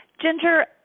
Ginger